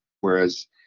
whereas